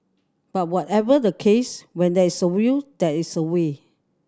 but whatever the case when there's a will there's a way